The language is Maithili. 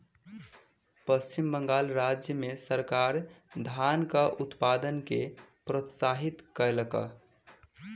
पश्चिम बंगाल राज्य मे सरकार धानक उत्पादन के प्रोत्साहित कयलक